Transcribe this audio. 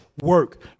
work